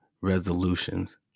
resolutions